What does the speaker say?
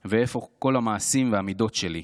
/ ואיפה כל המעשים והמידות שלי,